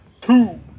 Two